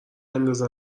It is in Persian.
اندازه